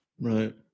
right